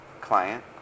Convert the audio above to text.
client